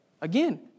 Again